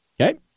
Okay